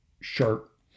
sharp